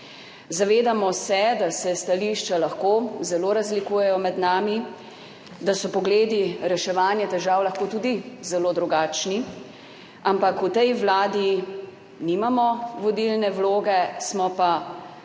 Zavedamo se, da se stališča lahko zelo razlikujejo med nami, da so pogledi, reševanje težav lahko tudi zelo drugačni, ampak v tej vladi nimamo vodilne vloge, smo pa